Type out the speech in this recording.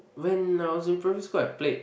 when I was primary school I played